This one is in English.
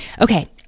Okay